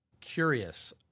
curious